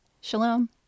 Shalom